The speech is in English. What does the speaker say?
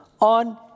on